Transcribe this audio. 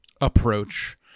approach